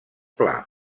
pla